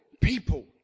people